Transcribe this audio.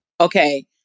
Okay